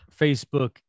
Facebook